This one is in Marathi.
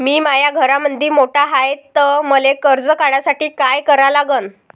मी माया घरामंदी मोठा हाय त मले कर्ज काढासाठी काय करा लागन?